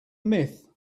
myth